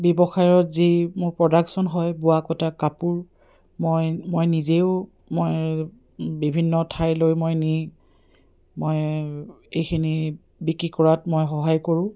ব্যৱসায়ত যি মোৰ প্ৰডাকশ্যন হয় বোৱা কটা কাপোৰ মই মই নিজেও মই বিভিন্ন ঠাইলৈ মই নি মই এইখিনি বিক্ৰী কৰাত মই সহায় কৰোঁ